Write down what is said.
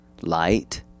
light